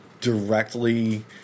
directly